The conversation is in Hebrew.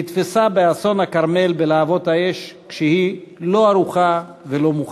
נתפסה באסון הכרמל בלהבות האש כשהיא לא ערוכה ולא מוכנה.